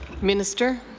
minister.